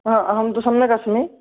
हा अहं तु सम्यकस्मि